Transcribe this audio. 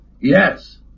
Yes